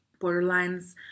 borderlines